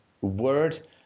word